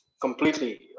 completely